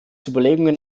überlegungen